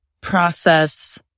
process